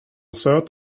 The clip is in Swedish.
söt